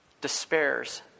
despairs